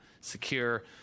secure